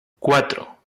cuatro